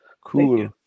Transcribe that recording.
cool